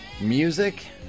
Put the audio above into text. music